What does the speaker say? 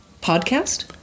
podcast